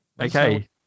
Okay